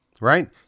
Right